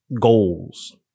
goals